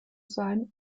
sein